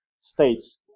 states